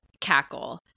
cackle